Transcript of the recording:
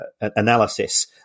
analysis